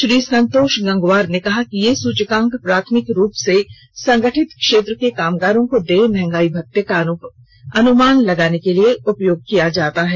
श्री गंगवार ने कहा कि यह सूचकांक प्राथमिक रूप से संगठित क्षेत्र के कामगारों को देय महंगाई भत्ते का अनुमान लगाने के लिए उपयोग किया जाता है